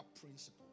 principle